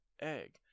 egg